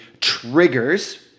triggers